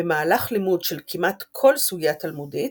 במהלך לימוד של כמעט כל סוגיה תלמודית,